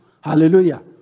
Hallelujah